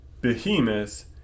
behemoth